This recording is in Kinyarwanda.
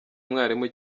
mwarimu